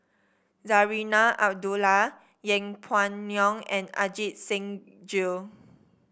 Zarinah Abdullah Yeng Pway Ngon and Ajit Singh Gill